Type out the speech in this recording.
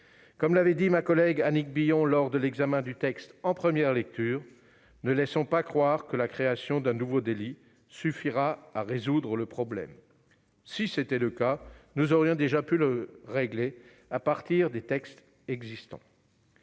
Comme l'avait dit ma collègue Annick Billon lors de l'examen du texte en première lecture, ne laissons pas croire que la création d'un nouveau délit suffira à résoudre le problème. Si tel était le cas, nous aurions déjà pu le régler sur la base des textes existants.